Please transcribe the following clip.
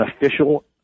official